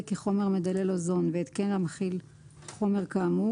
כי חומר מדלל אוזון והתקן המכיל חומר כאמור,